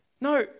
No